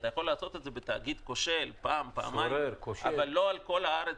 אתה יכול לעשות את זה בתאגיד כושל פעם-פעמיים אבל לא בכל הארץ,